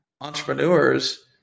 entrepreneurs